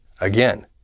Again